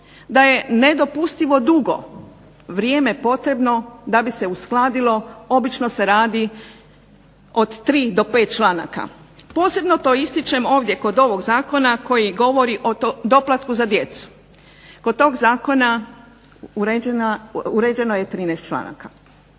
da je nedopustivo dugo vrijeme potrebno da bi se uskladilo, obično se radi od 3 do 5 članaka. Posebno to ističem ovdje kod ovog zakona koji govori o doplatku za djecu. Kod tog zakona uređeno je 13 članaka.